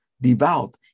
Devout